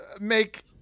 make